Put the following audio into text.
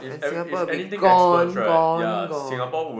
Singapore will be gone gone gone